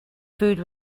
food